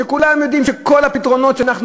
כולם יודעים שכל הפתרונות שאנחנו